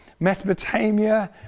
Mesopotamia